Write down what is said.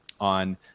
on